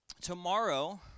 Tomorrow